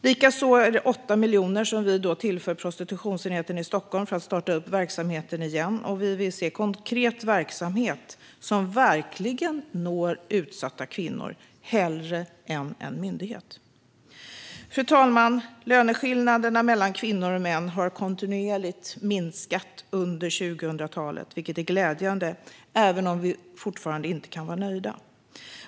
Vi tillför också 8 miljoner till prostitutionsenheten i Stockholm för att starta upp verksamheten igen. Vi vill se konkret verksamhet som verkligen når utsatta kvinnor hellre än en myndighet. Fru talman! Löneskillnaderna mellan kvinnor och män har kontinuerligt minskat under 2000-talet, vilket är glädjande även om vi fortfarande inte kan vara nöjda.